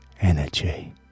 energy